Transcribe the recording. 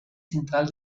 central